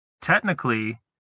technically